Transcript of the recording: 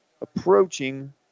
approaching